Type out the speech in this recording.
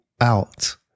out